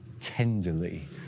tenderly